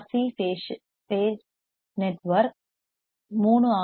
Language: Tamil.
C RC base network 3 R